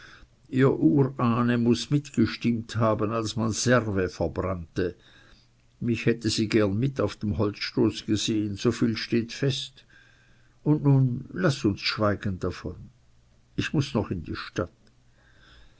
ihr urahne muß mitgestimmt haben als man servet verbrannte mich hätte sie gern mit auf dem holzstoß gesehen so viel steht fest und nun laß uns schweigen davon ich muß noch in die stadt